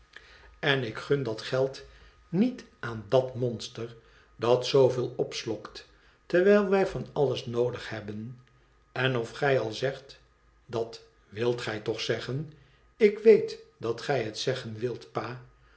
en ik gun dat geld niet aan dat monster dat zooveel opslokt terwijl wij van alles noodig hebben en of gij al zegt dat wilt gij toch zeggen ik weet dat gij het zeggen wilt pa